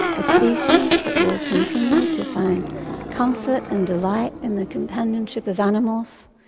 a species that will continue to find comfort and delight in the companionship of animals,